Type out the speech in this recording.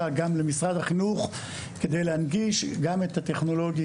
גם למשרד החינוך כדי להנגיש גם את הטכנולוגי,